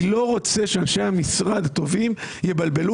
אני לא רוצה שאנשי המשרד הטובים יבלבלו